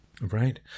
Right